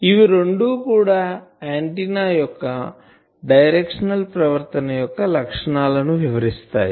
ఇవి రెండు కూడా ఆంటిన్నా యొక్క డైరెక్షనల్ ప్రవర్తన యొక్క లక్షణాల ను వివరిస్తాయి